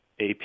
AP